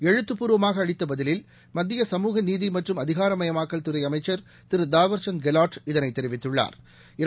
எழுத்துப்பூர்வமாகஅளித்தபதிலில் மத்திய சமூகநீதிமற்றும் அதிகாரமயமாக்கல் துறைஅமைச்ச் திருதாவாா்சந்த் கெலாட் இதனைத் தெரிவித்துள்ளா்